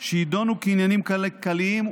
שיידונו כעניינים כלכליים,